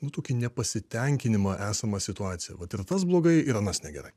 nu tokį nepasitenkinimą esama situacija vat ir tas blogai ir anas negerai